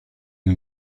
une